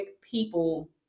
people